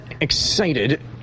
excited